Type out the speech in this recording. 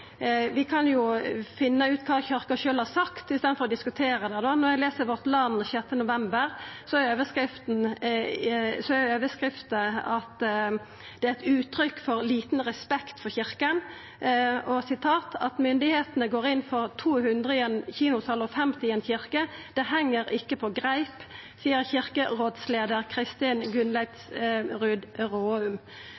vi kan jo finna ut kva Kyrkja sjølv har sagt, i staden for å diskutere det. I Vårt Land 6. november er overskrifta: «- Et uttrykk for liten respekt for kirken»: «At myndighetene går inn for 200 i en kinosal og 50 i en kirke, det henger ikke på greip, sier kirkerådsleder Kristin